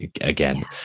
again